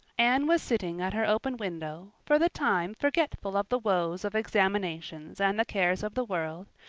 anne was sitting at her open window, for the time forgetful of the woes of examinations and the cares of the world,